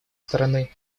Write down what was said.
стороны